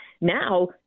now